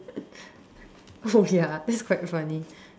oh ya that's quite funny